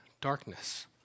Darkness